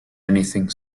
anything